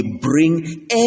bring